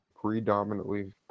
predominantly